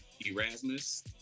Erasmus